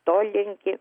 to linki